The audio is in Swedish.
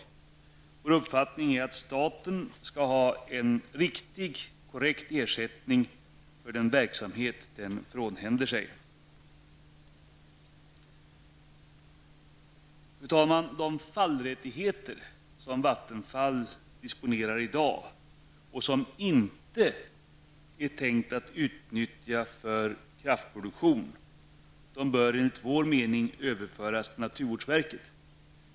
Det är vår uppfattning att staten skall ha en korrekt ersättning för den verksamhet som staten frånhänder sig. Fru talman! De fallrättigheter som Vattenfall i dag disponerar och som inte är tänkta att utnyttjas för kraftproduktion bör enligt vår mening överföras till naturvårdsverket.